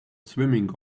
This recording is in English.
swimming